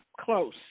close